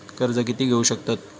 कर्ज कीती घेऊ शकतत?